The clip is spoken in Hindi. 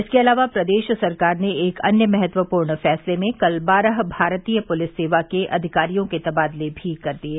इसके अलावा प्रदेश सरकार ने एक अन्य महत्वपूर्ण फैसले में कल बारह भारतीय पुलिस सेवा के अधिकारियों के तबादले भी कर दिये